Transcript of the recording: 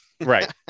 right